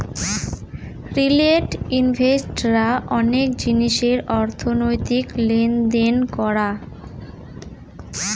retail invest রা অনেক জিনিসের অর্থনৈতিক লেনদেন করা